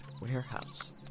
warehouse